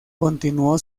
continuó